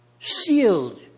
Sealed